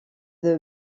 the